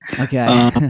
Okay